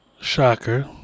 shocker